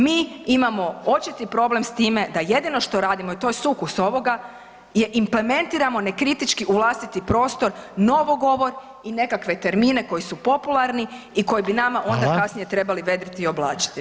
Mi imamo očiti problem s time da jedino što radimo i to je sukus ovoga je implementiramo nekritički u vlastiti prostor novogovor i nekakve termine koji su popularni i koji [[Upadica: Hvala.]] bi nama onda kasnije trebali vedriti i oblačiti.